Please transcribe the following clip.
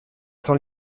sans